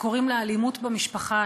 שקוראים לה אלימות במשפחה?